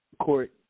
court